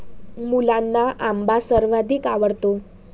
मुलांना आंबा सर्वाधिक आवडतो